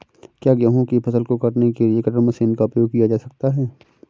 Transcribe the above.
क्या गेहूँ की फसल को काटने के लिए कटर मशीन का उपयोग किया जा सकता है?